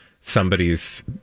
somebody's